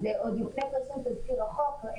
אז אתם רואים את זה יותר קרוב להיום,